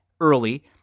early